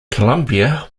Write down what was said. columbia